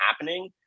happening